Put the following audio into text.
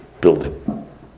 building